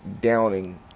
downing